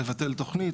לבטל תוכנית,